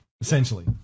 Essentially